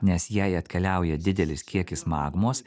nes jei atkeliauja didelis kiekis magmos